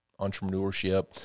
entrepreneurship